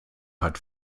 hat